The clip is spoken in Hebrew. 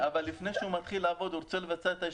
אבל לפני שהוא מתחיל לעבוד הוא רוצה לבצע את ההשתלמות,